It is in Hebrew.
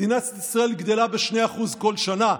מדינת ישראל גדלה ב-2% כל שנה.